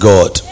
God